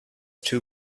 too